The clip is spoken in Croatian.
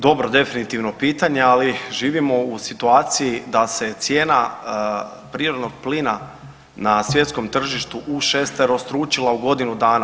Dobro definitivno pitanje, ali živimo u situaciji da se cijena prirodnog plina na svjetskom tržištu ušesterostručila u godinu dana.